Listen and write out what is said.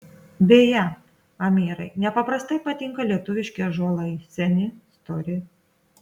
beje amirai nepaprastai patinka lietuviški ąžuolai seni stori